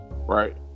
right